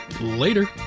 Later